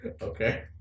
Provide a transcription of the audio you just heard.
Okay